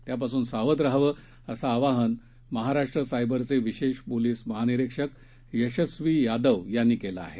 त्यापासून सावध राहावं असं आवाहन महाराष्ट्र सायबरचे विशेष पोलीस महानिरीक्षक यशस्वी यादव यांनी केलं आहे